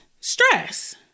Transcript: stress